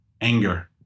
anger